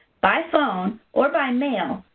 by phone or by mail,